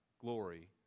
glory